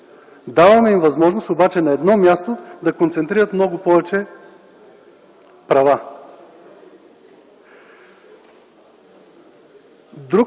Даваме им възможност обаче на едно място да концентрират много повече права.